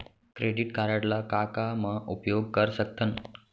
Credit card ला का का मा उपयोग कर सकथन?